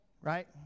Right